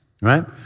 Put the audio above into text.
right